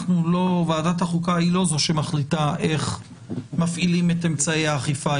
ועדת החוקה היא לא זו שמחליטה איך מפעילים את אמצעי האכיפה.